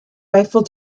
eiffel